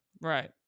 Right